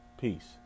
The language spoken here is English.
Peace